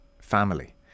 family